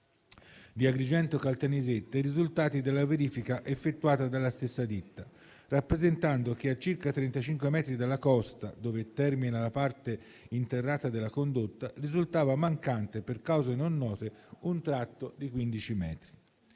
di Agrigento e Caltanissetta i risultati della verifica effettuata dalla stessa ditta, rappresentando che a circa 35 metri dalla costa, dove termina la parte interrata della condotta, risultava mancante, per cause non note, un tratto di 15 metri.